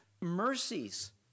mercies